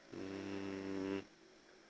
mm